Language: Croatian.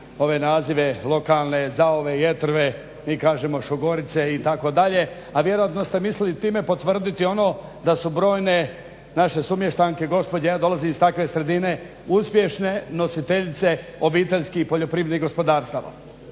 ove nazive lokalne, zaove, jetrve, mi kažemo šogorice itd., a vjerojatno ste mislili time potvrditi ono da su brojne naše sumještanke, gospođe, ja dolazim iz takve sredine, uspješne nositeljice OPG-a. Nažalost, svakim